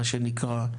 מה שנקרא: